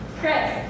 chris